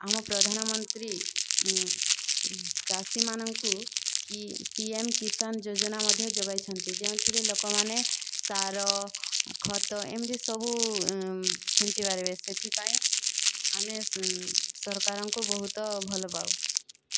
ଆମ ପ୍ରଧାନମନ୍ତ୍ରୀ ଚାଷୀମାନଙ୍କୁ କି ପିଏମ କିସାନ ଯୋଜନା ମଧ୍ୟ ଯୋଗାଇଛନ୍ତି ଯେଉଁଥିରେ ଲୋକମାନେ ସାର ଖତ ଏମିତି ସବୁ ଛିଞ୍ଚି ପାରିବେ ସେଥିପାଇଁ ଆମେ ସରକାରଙ୍କୁ ବହୁତ ଭଲପାଉ